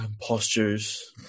postures